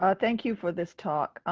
ah thank you for this talk.